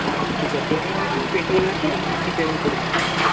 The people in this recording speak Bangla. ব্যস ঠিক আছে এই নাম্বারে আমার পে টি এম আছে এই নাম্বারে আপনি পেমেন্ট করে দিতে পারবেন